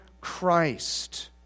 Christ